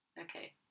okay